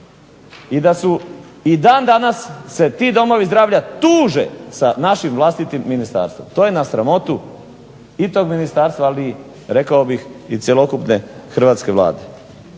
I da su i dan danas se ti domovi zdravlja tuže sa našim vlastitim ministarstvom. To je na sramotu i tog ministarstva, ali i rekao bih i cjelokupne hrvatske Vlade.